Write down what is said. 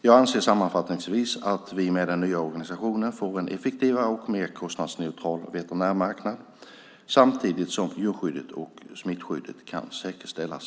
Jag anser sammanfattningsvis att vi med den nya organisationen får en effektivare och mer konkurrensneutral veterinärmarknad samtidigt som djurskyddet och smittskyddet kan säkerställas.